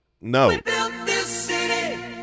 no